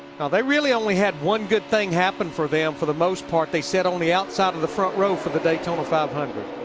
no, they really only had one good thing happen for them for the most part. they sat the outside of the front row for the daytona five hundred.